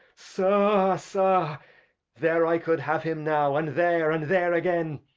sa, sa there i could have him now, and there, and there agen.